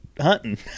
hunting